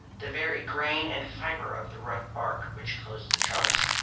the very grain and fibre of the rough bark which clothed the trunks.